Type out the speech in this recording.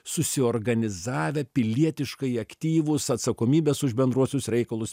susiorganizavę pilietiškai aktyvūs atsakomybes už bendruosius reikalus